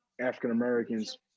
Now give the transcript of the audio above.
African-Americans